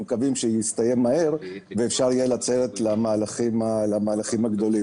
מקווים שיסתיים מהר ואפשר יהיה לצאת למהלכים הגדולים.